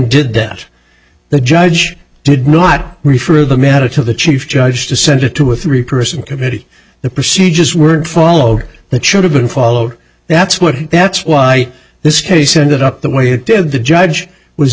did that the judge did not refer the matter to the chief judge to send it to a three person committee the procedures weren't followed that should have been followed that's what that's why this case ended up the way it did the judge was